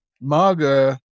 Maga